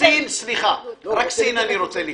רק לסין אני רוצה להתייחס.